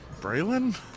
Braylon